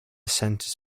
centers